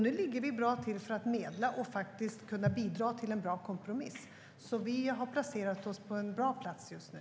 Nu ligger vi bra till för att medla och faktiskt kunna bidra till en bra kompromiss, så vi har placerat oss på en bra plats just nu.